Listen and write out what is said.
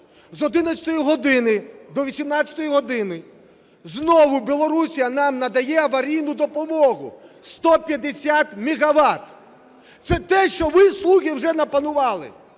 З 11 години до 18 години знову Білорусь нам надає аварійну допомогу – 150 мегават. Це те, що ви, "слуги", вже напанували.